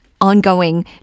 ongoing